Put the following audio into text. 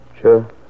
Sure